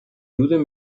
jude